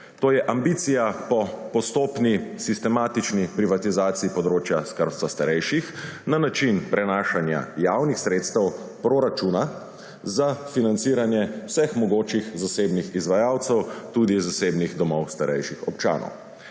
To je ambicija po postopni sistematični privatizaciji področja skrbstva starejših na način prenašanja javnih sredstev proračuna za financiranje vseh mogočih zasebnih izvajalcev. Tudi zasebnih domov starejših občanov,